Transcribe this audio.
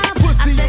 Pussy